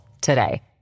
today